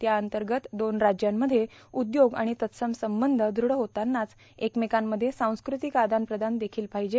त्याअंतगत दोन राज्यांमध्ये उद्योग आणि तत्सम संबंध दृढ होतांनाच एकमेकांमध्ये सांस्कृतिक आदान प्रदान देखील पर्माहजे